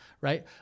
right